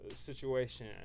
situation